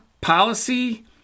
policy